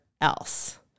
else